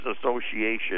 Association